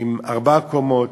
עם ארבע קומות.